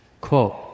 Quote